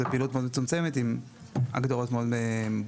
זו פעילות מאוד מצומצמת עם הגדרות מאוד ברורות.